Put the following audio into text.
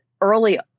early